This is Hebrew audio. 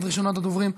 ראשונת הדוברים,